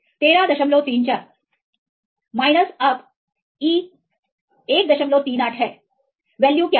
1334 minus अब E 138 हैवैल्यू क्या है